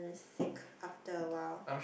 fake after awhile